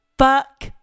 Fuck